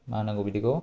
मा होनांगौ बिदिखौ